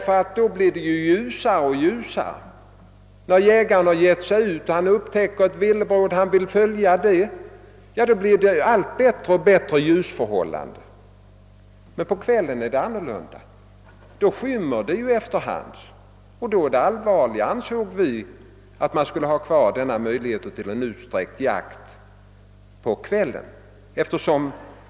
Då blir det ju ljusare och ljusare när jägaren ger sig ut och kanske upptäcker ett villebråd som han vill följa. Men på kvällen är det annorlunda. Då skymmer det efter hand, och då vore det allvarligare, ansåg vi, om man skulle ha kvar denna möjlighet till utsträckt jakt.